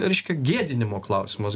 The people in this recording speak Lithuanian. reiškia gėdinimo klausimas